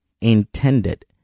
intended